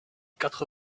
quatre